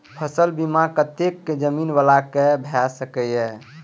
फसल बीमा कतेक जमीन वाला के भ सकेया?